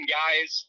guys